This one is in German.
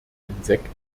insekten